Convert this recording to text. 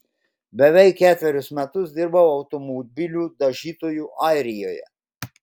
beveik ketverius metus dirbau automobilių dažytoju airijoje